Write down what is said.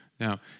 Now